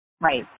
Right